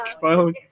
phone